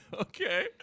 Okay